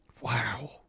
Wow